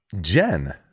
Jen